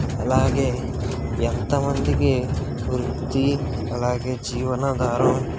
అలాగే ఎంతమందికి వృత్తి అలాగే జీవనాధారం